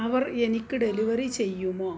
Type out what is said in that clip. അവർ എനിക്ക് ഡെലിവറി ചെയ്യുമോ